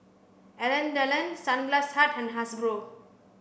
Alain Delon Sunglass Hut and Hasbro